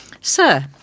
Sir